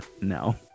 no